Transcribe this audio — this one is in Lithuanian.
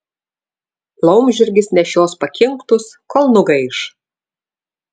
laumžirgis nešios pakinktus kol nugaiš